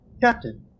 Captain